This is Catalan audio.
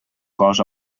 cos